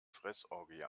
fressorgie